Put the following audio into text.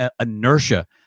inertia